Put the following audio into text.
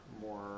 more